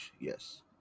Yes